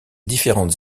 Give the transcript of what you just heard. différentes